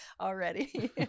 Already